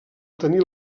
tenir